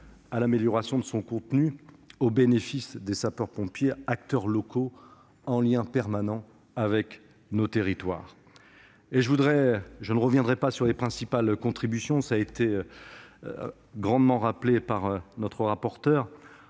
à l'amélioration de son contenu au bénéfice des sapeurs-pompiers, acteurs locaux en lien permanent avec nos territoires. Je ne reviendrai pas sur les principales contributions de notre assemblée, qui ont été largement rappelées par notre rapporteure.